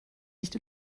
nicht